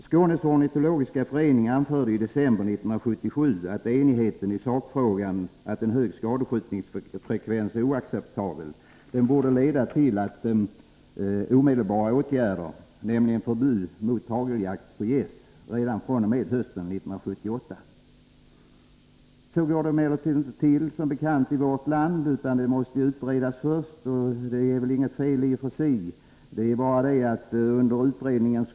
Skånes ornitologiska förening anförde i december 1977 att enigheten i sakfrågan — att en hög skadskjutningsfrekvens är oacceptabel — borde leda till omedelbara åtgärder, nämligen förbud mot hageljakt på gäss redan fr.o.m. hösten 1978. Så går det emellertid som bekant inte till i vårt land. Det måste utredas först, och det är väl inget fel i och för sig.